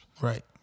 Right